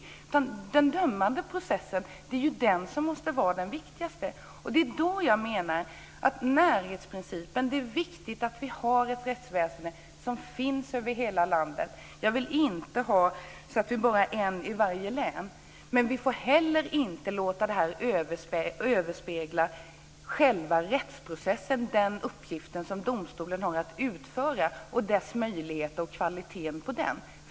Det är den dömande processen som måste vara det viktigaste. Det är viktigt att vi har ett rättsväsende över hela landet. Jag vill inte att det bara ska finnas en tingsrätt i varje län. Men vi får inte heller låta detta överskugga rättsprocessen, som är den uppgift som domstolen har att utföra, och kvaliteten på den.